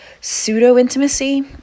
pseudo-intimacy